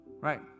Right